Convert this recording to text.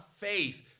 faith